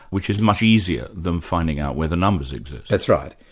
which is much easier than finding out whether numbers exist. that's right.